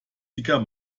dicker